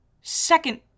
second